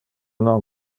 non